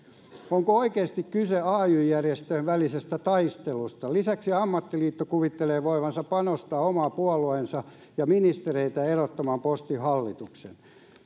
onko oikeasti kyse ay järjestöjen välisestä taistelusta lisäksi ammattiliitto kuvittelee voivansa painostaa omaa puoluettaan ja ministereitään erottamaan postin hallituksen